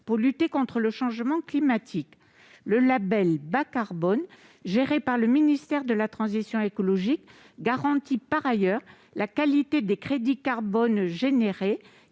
pour lutter contre le changement climatique. Le label Bas-carbone, géré par le ministère de la transition écologique, garantit par ailleurs la qualité des crédits « carbone »